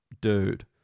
dude